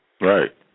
Right